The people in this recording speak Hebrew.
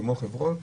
כמו חברות,